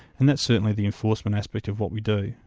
and that's certainly the enforcement aspect of what we do,